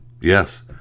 yes